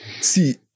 See